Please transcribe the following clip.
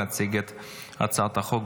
להציג את הצעת החוק,